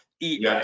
eat